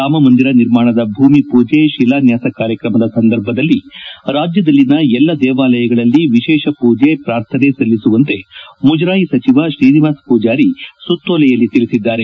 ರಾಮ ಮಂದಿರ ನಿರ್ಮಾಣದ ಭೂಮಿ ಪೂಜೆ ತಿಲಾನ್ಯಾಸ ಕಾರ್ಯಕ್ರಮದ ಸಂದರ್ಭದಲ್ಲಿ ರಾಜ್ಯದಲ್ಲಿನ ಎಲ್ಲ ದೇವಾಲಯಗಳಲ್ಲಿ ವಿಶೇಷ ಪೂಜೆ ಹಾಗೂ ಪ್ರಾರ್ಥನೆ ಸಲ್ಲಿಸುವಂತೆ ಮುಜರಾಯಿ ಸಚಿವ ಶ್ರೀನಿವಾಸ ಪೂಜಾರಿ ತಮ್ಮ ಸುತ್ತೋಲೆಯಲ್ಲಿ ತಿಳಿಸಿದ್ದಾರೆ